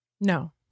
No